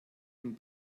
dem